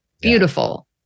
beautiful